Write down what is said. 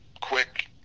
quick